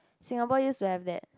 Singapore used to have that